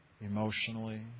emotionally